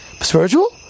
Spiritual